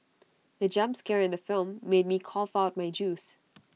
the jump scare in the film made me cough out my juice